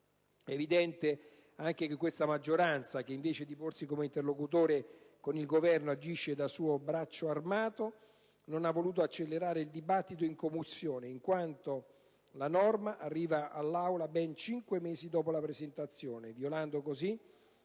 È evidente anche che questa maggioranza, che invece di porsi come interlocutore con il Governo agisce da suo braccio armato, non ha voluto accelerare il dibattito in Commissione in quanto la normativa arriva all'Aula ben cinque mesi dopo la presentazione, violando così